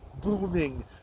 booming